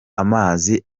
amazi